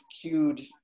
cued